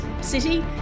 city